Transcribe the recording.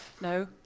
No